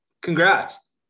Congrats